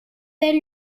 elle